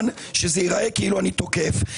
שזה ייראה כאילו אני תוקף.